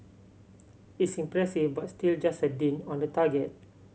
it's impressive but still just a dint on the target